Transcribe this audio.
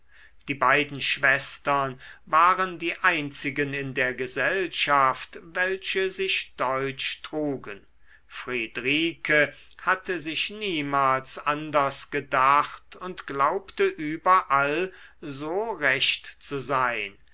die beiden schwestern waren die einzigen in der gesellschaft welche sich deutsch trugen friedrike hatte sich niemals anders gedacht und glaubte überall so recht zu sein